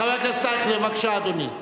חבר הכנסת אייכלר, בבקשה, אדוני.